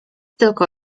tylko